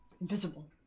Invisible